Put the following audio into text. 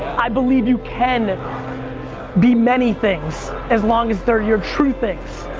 i believe you can be many things as long as they're your true things.